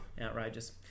Outrageous